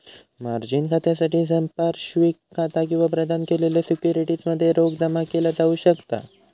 margin खात्यासाठी संपार्श्विक खाता किंवा प्रदान केलेल्या सिक्युरिटीज मध्ये रोख जमा केला जाऊ शकता